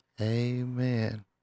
amen